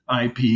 IP